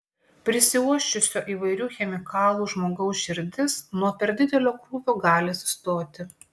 prisiuosčiusio įvairių chemikalų žmogaus širdis nuo per didelio krūvio gali sustoti